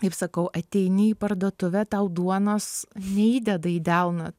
kaip sakau ateini į parduotuvę tau duonos neįdeda į delną